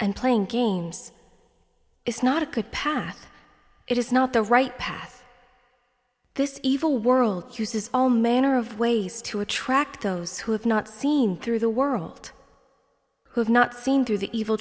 and playing games is not a good path it is not the right path this evil world uses all manner of ways to attract those who have not seen through the world who have not seen through the evil